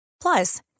Plus